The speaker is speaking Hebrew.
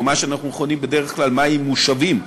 או מה שאנחנו מכנים בדרך כלל מים מושבים,